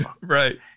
Right